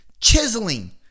chiseling